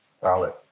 Solid